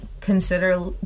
consider